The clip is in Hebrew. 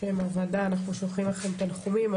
בשם הוועדה, אנחנו שולחים לכם תנחומים.